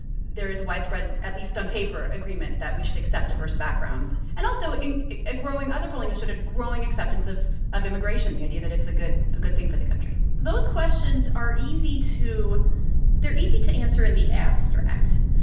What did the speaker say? there is a widespread at least on paper agreement that we should accept diverse backgrounds. and also, in a growing other polling has showed a growing acceptance of of immigration, the idea that it's a good a good thing for the country those questions are easy to they're easy to answer in the abstract.